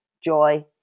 joy